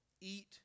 Eat